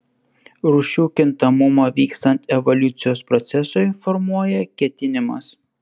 rūšių kintamumą vykstant evoliucijos procesui formuoja ketinimas